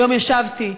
היום ישבתי,